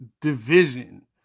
division